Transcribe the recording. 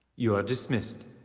you are dismissed.